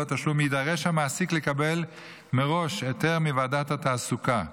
תשלום יידרש המעסיק לקבל מראש היתר מוועדת התעסוקה.